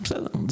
בסדר,